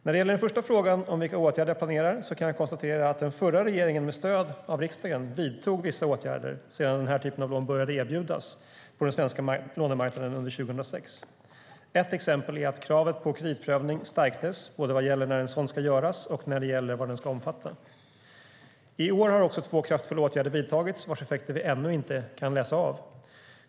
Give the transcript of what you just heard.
När det gäller den första frågan, om vilka åtgärder jag planerar, kan jag konstatera att den förra regeringen med stöd av riksdagen vidtog vissa åtgärder sedan den här typen av lån började erbjudas på den svenska lånemarknaden under 2006. Ett exempel är att kravet på kreditprövning stärktes både vad gäller när en sådan ska göras och när det gäller vad den ska omfatta. I år har också två kraftfulla åtgärder vidtagits vars effekter vi ännu inte kan läsa av.